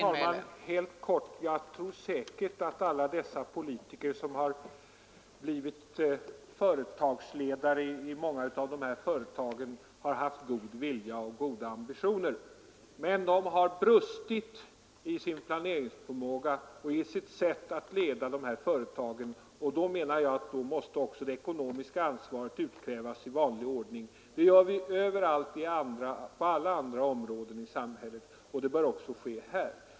Fru talman! Jag tror säkert att alla dessa politiker som har blivit företagsledare i många av dessa företag har haft en god vilja och goda ambitioner. Men de har brustit i sin planeringsförmåga och i sitt sätt att leda företagen, och då anser jag att det ekonomiska ansvaret i vanlig ordning måste utkrävas. Det sker på alla andra områden i samhället, och det bör ske också här.